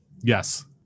Yes